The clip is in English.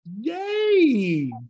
Yay